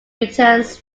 returns